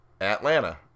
Atlanta